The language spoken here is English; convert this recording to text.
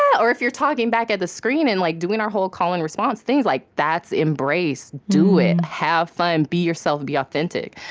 or if you're talking back at the screen and like doing our whole call-and-response, things like that's embraced. do it. have fun. and be yourself, and be authentic.